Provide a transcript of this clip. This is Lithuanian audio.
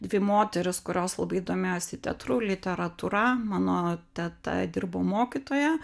dvi moterys kurios labai domėjosi teatru literatūra mano teta dirbo mokytoja